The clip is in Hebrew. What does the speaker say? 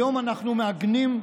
היום אנחנו מעגנים,